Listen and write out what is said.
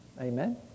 Amen